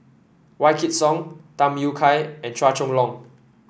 Wykidd Song Tham Yui Kai and Chua Chong Long